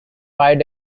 five